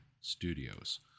studios